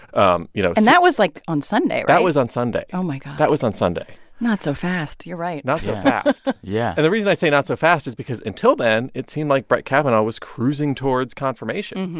um you know. and that was, like, on sunday, right? that was on sunday oh, my god that was on sunday not so fast you're right not so fast yeah and the reason i say not so fast is because until then, it seemed like brett kavanaugh was cruising towards confirmation.